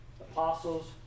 apostles